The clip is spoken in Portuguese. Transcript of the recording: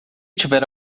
tiver